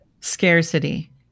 scarcity